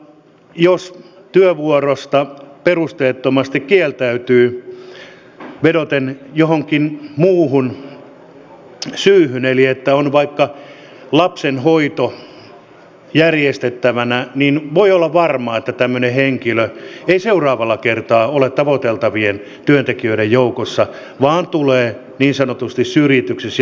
jos työvuorosta perusteettomasti kieltäytyy vedoten johonkin muuhun syyhyn eli että on vaikka lapsenhoito järjestettävänä niin voi olla varma että tämmöinen henkilö ei seuraavalla kertaa ole tavoiteltavien työntekijöiden joukossa vaan tulee niin sanotusti syrjityksi siinä työsuhteessa